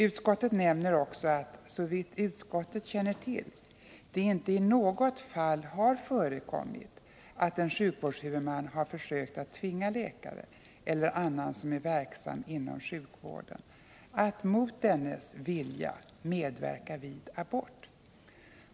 Utskottet nämner också att, såvitt utskottet känner till, det inte i något fall har förekommit att en sjukvårdshuvudman har försökt att tvinga läkare eller annan som är verksam inom sjukvården att mot dennes vilja medverka vid abort.